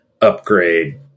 upgrade